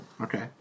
Okay